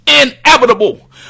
inevitable